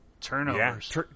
Turnovers